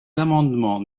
amendements